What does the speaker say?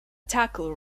tackle